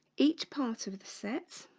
each part of the set